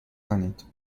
کنید